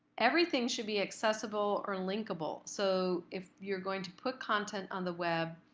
everything should be accessible or linkable. so if you're going to put content on the web,